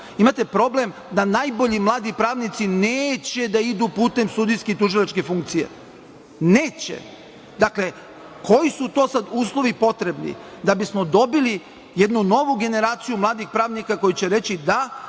imate problem da najbolji mladi pravnici neće da idu putem sudijske i tužilačke funkcije. Neće. Dakle, koji su to sada uslovi potrebni da bismo dobili jednu novu generaciju mladih pravnika koji će reći da,